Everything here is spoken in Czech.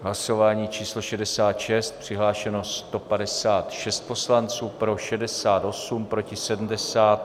Hlasování číslo 66, přihlášeno 156 poslanců, pro 68, proti 70.